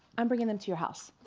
i'm bringing them to your house.